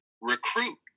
recruit